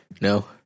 No